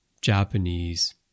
Japanese